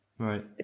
Right